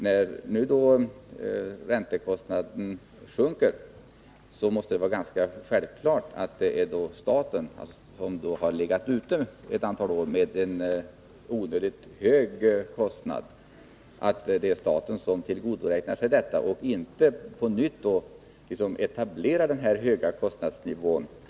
När nu räntekostnaderna sjunker, måste det vara ganska självklart att det är staten, som har legat ute ett antal år med en onödigt hög kostnad, som tillgodoräknar sig detta och inte genom nya åtaganden ligger kvar på den höga kostnadsnivån.